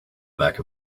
back